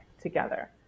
together